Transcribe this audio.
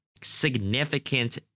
significant